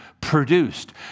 produced